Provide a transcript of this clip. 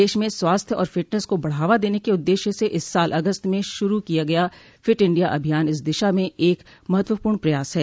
देश में स्वास्थ्य और फिटनेस को बढ़ावा देने के उद्देश्य से इस साल अगस्त में शुरू किया गया फिट इंडिया अभियान इस दिशा में एक महत्वपूर्ण प्रयास है